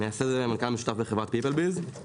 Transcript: פיפלביז היא פלטפורמה להשקעות בסטארט-אפים,